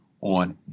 on